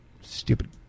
Stupid